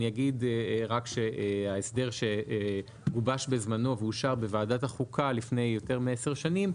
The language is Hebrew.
אני אגיד שההסדר שגובש בזמנו ואושר בוועדת החוקה לפני יותר מעשר שנים,